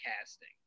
casting